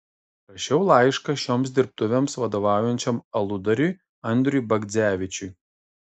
parašiau laišką šioms dirbtuvėms vadovaujančiam aludariui andriui bagdzevičiui